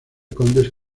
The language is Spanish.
condes